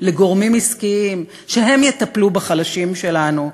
לגורמים עסקיים, שהם יטפלו בחלשים שלנו.